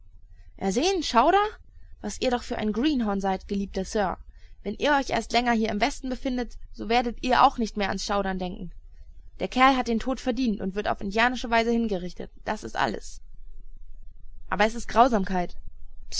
ersehen schauder was ihr doch für ein greenhorn seid geliebter sir wenn ihr euch erst länger hier im westen befindet so werdet ihr auch nicht mehr ans schaudern denken der kerl hat den tod verdient und wird auf indianische weise hingerichtet das ist alles aber es ist grausamkeit